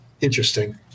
Interesting